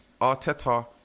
Arteta